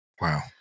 Wow